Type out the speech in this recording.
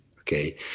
Okay